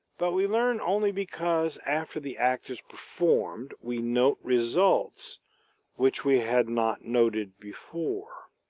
but we learn only because after the act is performed we note results which we had not noted before.